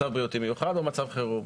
מצב בריאותי מיוחד או מצב חירום.